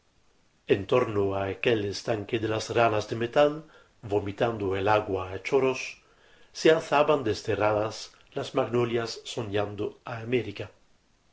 en torno á aquel estanque de las ranas de metal vomitando el agua á chorros se alzaban desterradas las magnolias soñando á américa